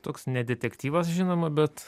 toks ne detektyvas žinoma bet